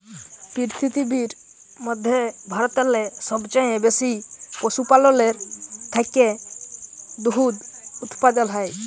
পিরথিবীর ম্যধে ভারতেল্লে সবচাঁয়ে বেশি পশুপাললের থ্যাকে দুহুদ উৎপাদল হ্যয়